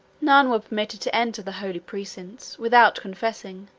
none were permitted to enter the holy precincts, without confessing,